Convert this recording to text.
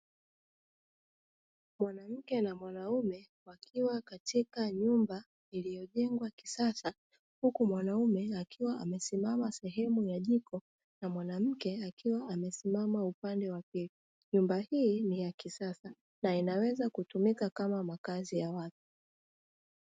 Mwanamke na mwanaume wakiwa katika nyumba iliyojengwa kisasa, huku mwanaume akiwa amesimama sehemu ya jiko na mwanamke akiwa amesimama upande wa pili, nyumba hii ni ya kisasa na inaweza kutumika kama makazi ya watu.